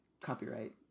Copyright